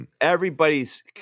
everybody's